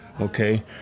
okay